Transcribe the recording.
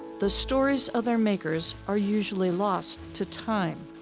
the stories of their makers are usually lost to time.